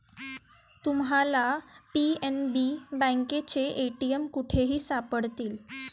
तुम्हाला पी.एन.बी बँकेचे ए.टी.एम कुठेही सापडतील